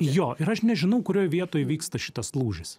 jo ir aš nežinau kurioj vietoj vyksta šitas lūžis